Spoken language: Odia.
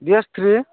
ଗେଷ୍ଟ୍ରେ